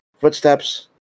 footsteps